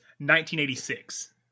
1986